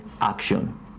action